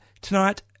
tonight